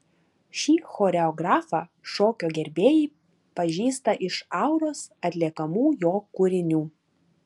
šį choreografą šokio gerbėjai pažįsta iš auros atliekamų jo kūrinių